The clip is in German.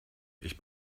ich